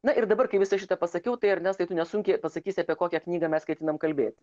na ir dabar kai visą šitą pasakiau tai ernestai tu nesunkiai pasakysi apie kokią knygą mes ketinam kalbėti